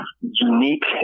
unique